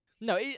No